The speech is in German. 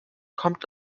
kommt